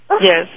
Yes